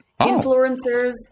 influencers